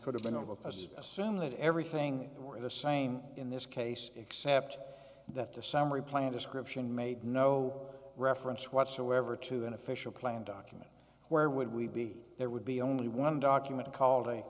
could have been about as assume that everything were the same in this case except that the summary plan description made no reference whatsoever to an official planning document where would we be there would be only one document called a